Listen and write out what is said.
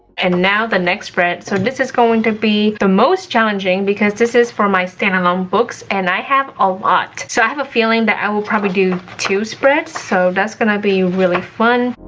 and now the next spread, so this is going to be the most challenging because this is for my standalone books. and i have a lot. so i have a feeling that i will probably do two spreads, so that's gonna be really fun.